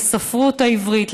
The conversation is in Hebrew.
לספרות העברית,